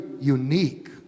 unique